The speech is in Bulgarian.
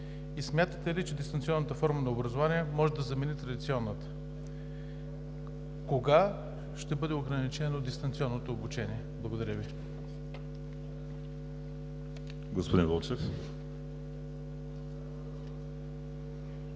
Смятате ли, че дистанционната форма на образование може да замени традиционната? Кога ще бъде ограничено дистанционното обучение? Благодаря Ви. ПРЕДСЕДАТЕЛ